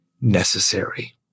necessary